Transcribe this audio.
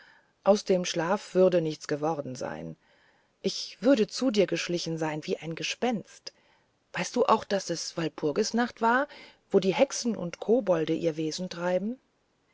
aus dem schlafe würde nichts geworden sein ich würde zu dir geschlichen sein wie ein gespenst weißt du auch daß es walpurgisnacht war wo die hexen und kobolde ihr wesen treiben